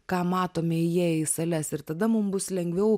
ką matome įėję į sales ir tada mum bus lengviau